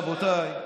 רבותיי,